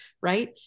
right